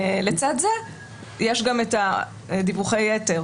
לצד זה יש גם דיווחי יתר,